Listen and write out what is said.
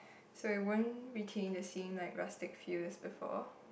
so it won't retain the same like rustic feel as before